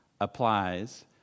applies